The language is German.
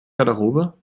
garderobe